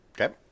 Okay